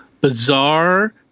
bizarre